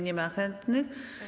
Nie ma chętnych.